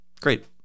great